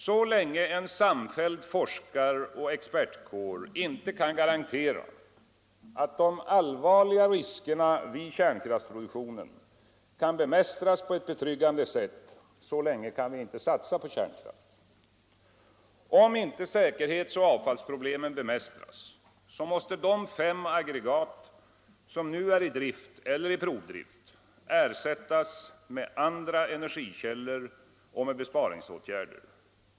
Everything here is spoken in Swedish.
Så länge en samfälld forskaroch expertkår inte kan garantera att de allvarliga riskerna vid kärnkraftsproduktionen kan bemästras på ett betryggande sätt, så länge kan vi inte satsa på kärnkraft. Om inte säkerhetsoch avfallsproblemen bemästras, måste de fem aggregat som nu är i drift eller i provdrift ersättas med andra energikällor och med besparingsåtgärder.